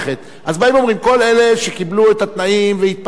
אז באים ואומרים: כל אלה שקיבלו את התנאים והתפתחו אתם,